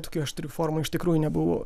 tokių aštrių formų iš tikrųjų nebuvo